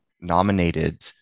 nominated